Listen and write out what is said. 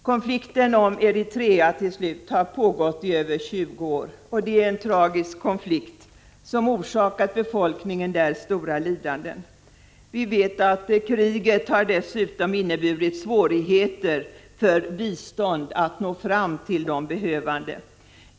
Konflikten om Eritrea har pågått i över 20 år. Det är en tragisk konflikt som har orsakat befolkningen stora lidanden. Kriget har dessutom inneburit svårigheter att få bistånd att nå fram till de behövande.